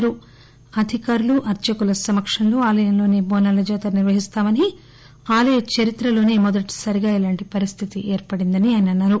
అధికారులు అర్సకుల సమక్షంలో ఆలయంలోసే బోనాల జాతర నిర్వహిస్తామని ఆలయ చరిత్రలో మొదటిసారి ఇలాంటి పరిస్థితి ఏర్పడిందని అన్నారు